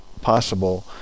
possible